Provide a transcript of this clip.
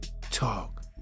talk